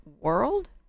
world